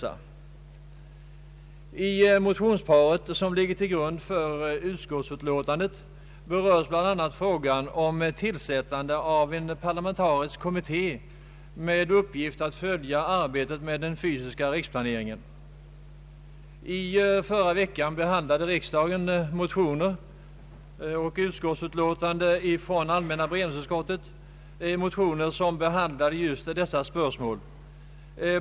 I det motionspar som ligger till grund för utskottets utlåtande beröres bl.a. frågan om tillsättandet av en parlamentarisk kommitté med uppgift att följa arbetet med den fysiska riksplaneringen. I förra veckan behandlade riksdagen motioner och ett utskottsutlåtande från allmänna beredningsutskottet rörande just dessa spörsmål.